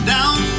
Down